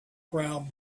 crowd